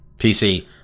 pc